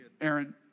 Aaron